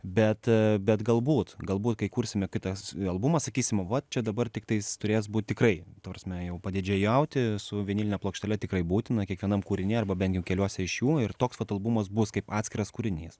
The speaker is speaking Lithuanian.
bet bet galbūt galbūt kai kursime kitą albumą sakysime va čia dabar tiktais turės būt tikrai ta prasme jau padidžėjauti su viniline plokštele tikrai būtina kiekvienam kūriny arba bent jau keliuose iš jų ir toks vat albumas bus kaip atskiras kūrinys